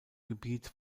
gebiet